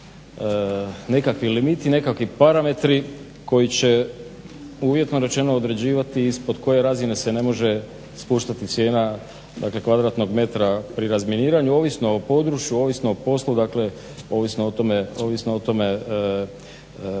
nekakvi limiti, nekakvi parametri koji će uvjetno rečeno određivati ispod koje razine se ne može spuštati cijena dakle kvadratnog metra pri razminiranju ovisno o području, ovisno o poslu dakle ovisno o tome kolika